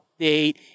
update